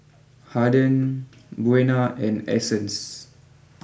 Haden Buena and Essence